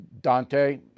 Dante